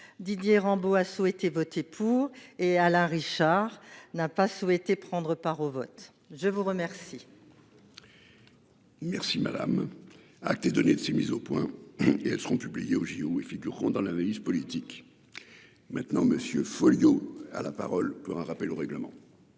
Didier Rambaud a souhaité voter pour et Alain Richard n'a pas souhaité prendre part au vote. Je vous remercie. Merci madame. Ah les données de ces mises au point et elles seront publiés au JO et figureront dans l'analyse politique. Maintenant monsieur Folliot à la parole pour un rappel au règlement.